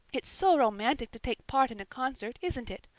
it's so romantic to take part in a concert, isn't it?